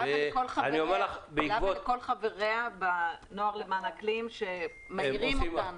לה ולכל חבריה בנוער למען האקלים שמעירים אותנו.